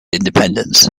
independence